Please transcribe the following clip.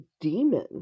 demon